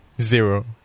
zero